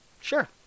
sure